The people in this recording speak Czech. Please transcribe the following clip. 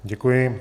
Děkuji.